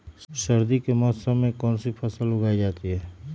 सर्दी के मौसम में कौन सी फसल उगाई जाती है?